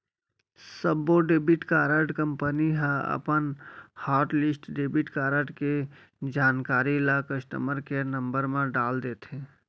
सब्बो debit card company ह अपन हॉटलिस्ट डेबिट कारड के जानकारी ल कस्टमर केयर नंबर म डाल देथे